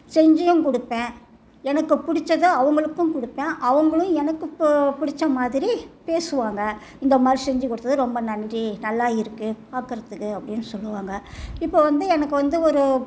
செஞ்சியும் கொடுப்பேன் எனக்கு பிடிச்சத அவங்களுக்கும் கொடுப்பேன் அவங்களும் எனக்கு இப்போது பிடிச்ச மாதிரி பேசுவாங்க இந்த மாதிரி செஞ்சு கொடுத்தது ரொம்ப நன்றி நல்லா இருக்குது பார்க்கறத்துக்கு அப்படின்னு சொல்லுவாங்க இப்போது வந்து எனக்கு வந்து ஒரு